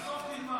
בסוף תלמד.